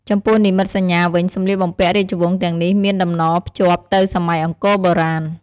ចំពោះនិមិត្តសញ្ញាវិញ សម្លៀកបំពាក់រាជវង្សទាំងនេះមានតំណភ្ជាប់ទៅសម័យអង្គរបុរាណ។